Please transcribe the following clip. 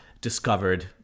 discovered